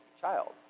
child